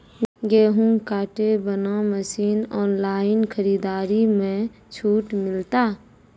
गेहूँ काटे बना मसीन ऑनलाइन खरीदारी मे छूट मिलता?